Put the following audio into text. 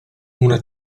una